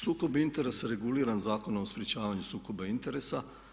Sukob interesa reguliran Zakonom o sprječavanju sukoba interesa.